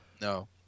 No